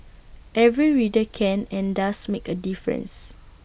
every reader can and does make A difference